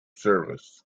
service